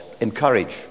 encourage